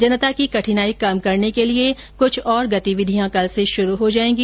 जनता की कठिनाई कम करने के लिए कुछ और गतिविधियां कल से शुरू हो जाएगी